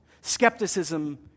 Skepticism